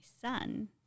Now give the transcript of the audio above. son